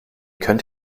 könnt